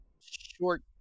short